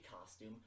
costume